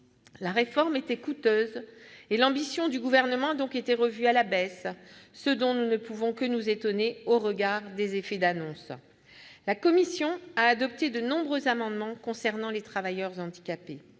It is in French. La réforme était coûteuse, et l'ambition du Gouvernement a donc été revue à la baisse, et nous ne pouvons que nous en étonner au regard des effets d'annonce ... La commission a adopté de nombreux amendements concernant les travailleurs handicapés,